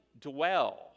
dwell